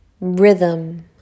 rhythm